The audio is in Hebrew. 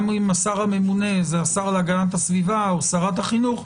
גם אם השר הממונה זה השר להגנת הסביבה או שרת החינוך,